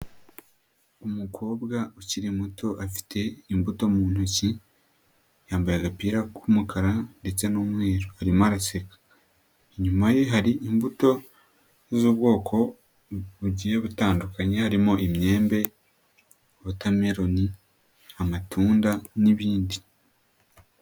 Umukobwa ukiri muto afite imbuto mu ntoki, yambaye agapira k'umukara ndetse n'umweru arimo araseka. Inyuma ye hari imbuto z'ubwoko bugiye butandukanye harimo imyembe, wotameroni, amatunda n'ibindi.